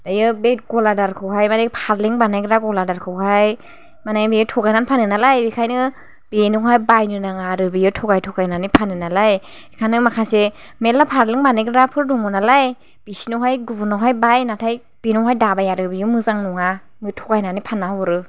दायो बे गलादारखौहाय माने फारलें बानायग्रा गलादारखौहाय माने बियो थगायनानै फानो नालाय बेखायनो बेनावहाय बायनो नाङा आरो बियो थगाय थगायनानै फानो नालाय बेखायनो माखासे मेरला फारलें बानायग्राफोर दङ नालाय बिसोरनावहाय गुबुननावहाय बाय नाथाय बिनावहाय दाबाय आरो बियो मोजां नङा थगायनानै फाननानै हरो